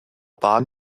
bahn